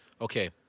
Okay